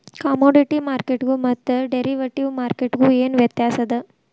Commodity ಮಾರ್ಕೆಟ್ಗು ಮತ್ತ derivative ಮಾರ್ಕೆಟ್ಗು ಏನ್ ವ್ಯತ್ಯಾಸದ?